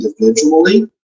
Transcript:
individually